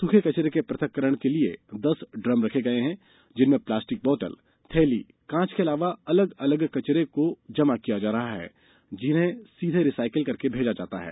सुखे कचरे के प्रथक्करण के लिए दस ड्रम रखे गये है जिसमे प्लास्टिक बोटल थैली कांच के अलावा अलग अलग कचरे को जमा किया जा रहा है जिन्हें सीधे रिसाईकलिंग के लिए भेजा जाता है